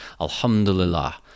Alhamdulillah